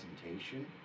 presentation